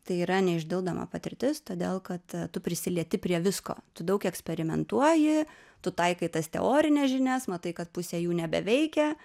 tai yra neišdildoma patirtis todėl kad tu prisilieti prie visko tu daug eksperimentuoji tu taikai tas teorines žinias matai kad pusė jų nebeveikia